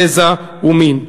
גזע ומין".